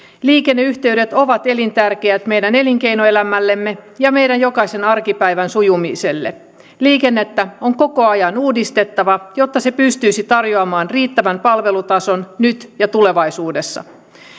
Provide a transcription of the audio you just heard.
liikenneyhteydet ovat elintärkeät meidän elinkeinoelämällemme ja meidän jokaisen arkipäivän sujumiselle liikennettä on koko ajan uudistettava jotta se pystyisi tarjoamaan riittävän palvelutason nyt ja tulevaisuudessa